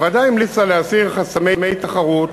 הוועדה המליצה להסיר חסמי תחרות